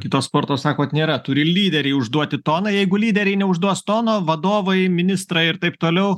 kito sporto sakot nėra turi lyderiai užduoti toną jeigu lyderiai neužduos tono vadovai ministrai ir taip toliau